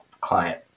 client